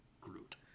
Groot